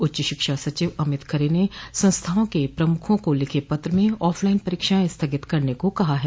उच्च शिक्षा सचिव अमित खरे ने संस्थाओं के प्रमुखों को लिखे पत्र में ऑफलाइन परीक्षाएं स्थगित करने को कहा है